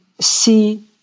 see